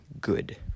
good